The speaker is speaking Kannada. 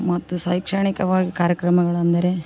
ಮತ್ತು ಶೈಕ್ಷಣಿಕವಾಗಿ ಕಾರ್ಯಕ್ರಮಗಳಂದರೆ